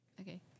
Okay